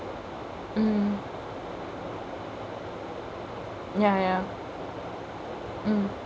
mm ya ya mm